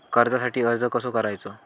कर्जासाठी अर्ज कसो करायचो?